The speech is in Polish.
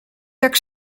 tak